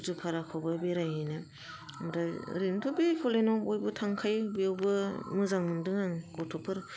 सुरज' फाहारखौबो बेरायहैनो ओमफ्राय ओरैनोथ' बे एकलेन्दआव बयबो थांखायो बेयावबो मोजां मोन्दों आं गथ'फोर